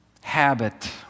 habit